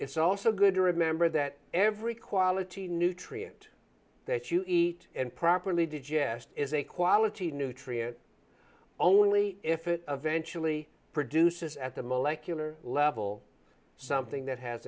it's also good to remember that every quality nutrient that you eat and properly to jest is a quality nutrient only if it eventually produces at the molech ular level something that has